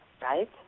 Right